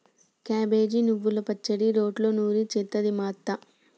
cabbage నువ్వల పచ్చడి రోట్లో నూరి చేస్తది మా అత్త